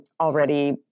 already